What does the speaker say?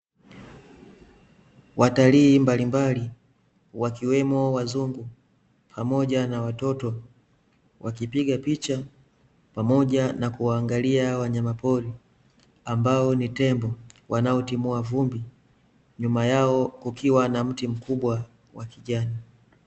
Watalii mbalimbali, wakimemo wazungu, pamoja na watoto, wakipiga picha, pamoja na kuwaangalia wanayama pori, ambao ni tembo, wanao timua vumbi, nyuma yao kukiwa na mti mkubwa wa kijani.